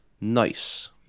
Nice